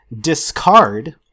discard